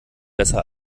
besser